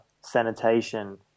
sanitation